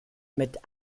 mit